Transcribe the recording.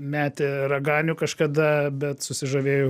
metė raganių kažkada bet susižavėjo